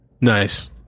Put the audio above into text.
Nice